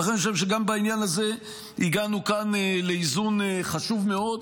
ולכן אני חושב שגם בעניין הזה הגענו כאן לאיזון חשוב מאוד,